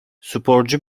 sporcu